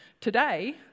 today